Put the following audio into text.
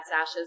ashes